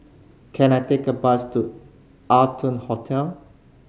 can I take a bus to Arton Hotel